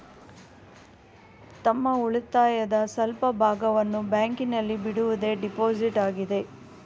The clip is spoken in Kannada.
ತಮ್ಮ ಉಳಿತಾಯದ ಸ್ವಲ್ಪ ಭಾಗವನ್ನು ಬ್ಯಾಂಕಿನಲ್ಲಿ ಬಿಡುವುದೇ ಡೆಪೋಸಿಟ್ ಆಗಿದೆ